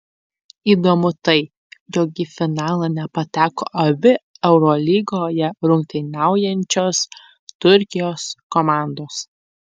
įdomu tai jog į finalą nepateko abi eurolygoje rungtyniaujančios turkijos komandos